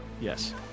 Yes